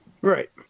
right